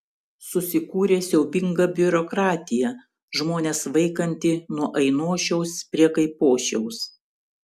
susikūrė siaubinga biurokratija žmones vaikanti nuo ainošiaus prie kaipošiaus